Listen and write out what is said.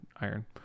iron